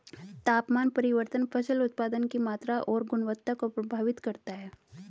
तापमान परिवर्तन फसल उत्पादन की मात्रा और गुणवत्ता को प्रभावित करता है